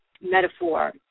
metaphor